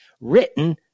written